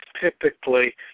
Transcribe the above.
typically